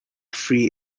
free